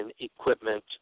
equipment